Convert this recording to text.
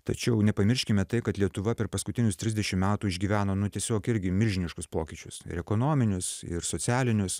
tačiau nepamirškime tai kad lietuva per paskutinius trisdešim metų išgyveno nu tiesiog irgi milžiniškus pokyčius ir ekonominius ir socialinius